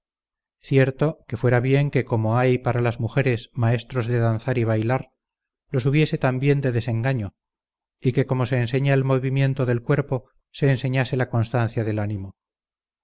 cierto que fuera bien que como hay para las mujeres maestros de danzar y bailar los hubiese también de desengaño y que como se enseña el movimiento del cuerpo se enseñase la constancia del ánimo